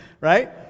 right